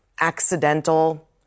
accidental